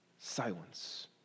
Silence